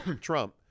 Trump